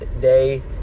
day